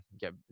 get